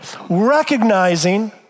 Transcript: recognizing